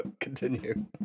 continue